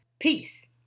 peace